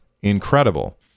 incredible